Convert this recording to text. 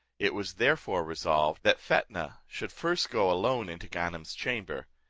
it was therefore resolved, that fetnah should first go alone into ganem's chamber,